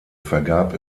vergab